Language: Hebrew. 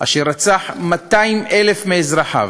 אשר רצח 200,000 מאזרחיו,